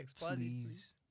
please